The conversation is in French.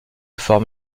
forme